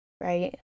right